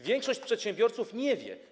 Większość przedsiębiorców nie wie.